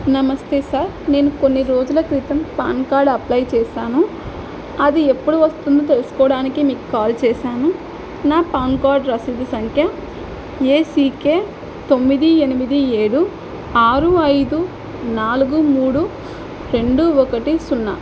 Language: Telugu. నమస్తే సార్ నేను కొన్ని రోజుల క్రితం పాన్ కార్డ్ అప్లై చేశాను అది ఎప్పుడు వస్తుందో తెలుసుకోవడానికి మీకు కాల్ చేశాను నా పాన్ కార్డ్ రసీదు సంఖ్య ఏసీకె తొమ్మిది ఎనిమిది ఏడు ఆరు ఐదు నాలుగు మూడు రెండు ఒకటి సున్నా